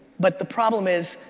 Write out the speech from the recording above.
but the problem is,